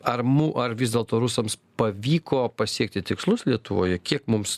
ar mu ar vis dėlto rusams pavyko pasiekti tikslus lietuvoje kiek mums